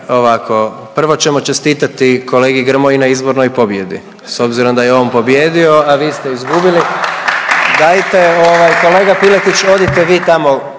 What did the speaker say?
prvo ćemo čestitati kolegi Grmoji na izbornoj pobjedi s obzirom da je on pobijedio, a vi ste izgubili, dajte kolega Piletić odite vi tamo